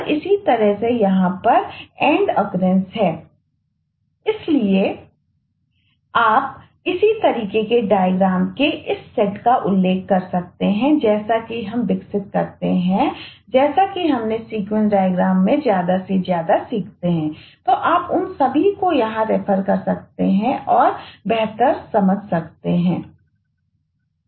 इसलिए आप हम इसी तरह के डायग्राम कर सकते हैं और बेहतर समझ पा सकते हैं